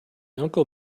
uncle